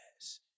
Yes